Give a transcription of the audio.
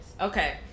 Okay